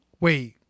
Wait